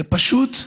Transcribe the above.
זה פשוט דרוש,